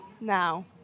now